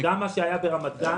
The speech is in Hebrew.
גם מה שהיה ברמת גן.